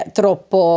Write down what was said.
troppo